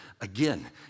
Again